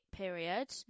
period